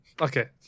okay